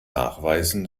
nachweisen